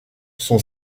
sont